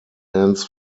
ends